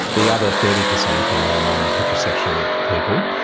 the other thirty percent are among heterosexual people,